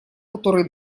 который